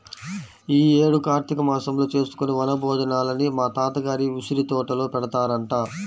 యీ యేడు కార్తీక మాసంలో చేసుకునే వన భోజనాలని మా తాత గారి ఉసిరితోటలో పెడతారంట